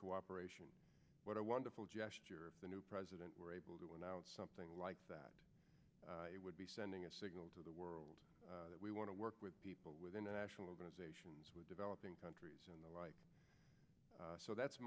cooperation what a wonderful gesture the new president were able to announce something like that it would be sending a signal to the world that we want to work with people with international organizations with developing countries and the like so that's